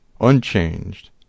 unchanged